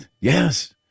yes